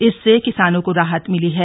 इससे किसानों को राहत मिली है